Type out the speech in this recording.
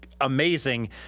amazing